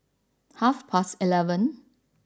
half past eleven